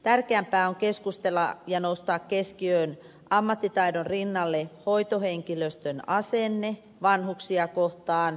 tärkeämpää on keskustella ja nostaa keskiöön ammattitaidon rinnalle hoitohenkilöstön asenne vanhuksia kohtaan